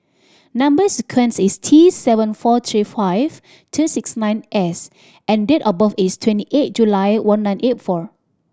number sequence is T seven four three five two six nine S and date of birth is twenty eight July one nine eight four